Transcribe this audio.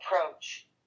approach